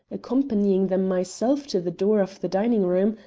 accompanying them myself to the door of the dining-room,